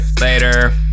Later